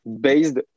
based